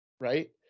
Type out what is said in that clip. Right